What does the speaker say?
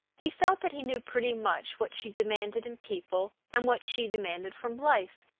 he felt that he knew pretty much what she demanded in people and what she demanded from life,